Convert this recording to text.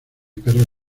perros